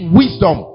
wisdom